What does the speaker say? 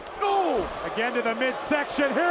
again to the midsection, here